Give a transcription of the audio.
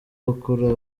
gukura